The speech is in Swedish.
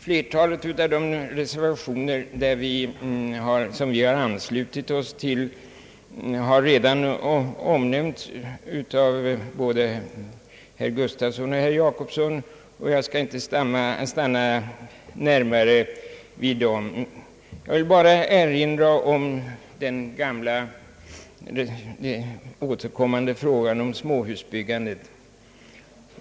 Flertalet av de reservationer, som vi har anslutit oss till, har redan omnämnts av både herr Gustafsson och herr Jacobsson. Jag skall därför inte uppehålla mig särskilt ingående vid dessa. Men jag vill erinra om den sedan lång tid återkommande frågan om småhusbyggandet.